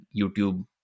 YouTube